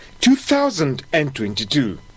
2022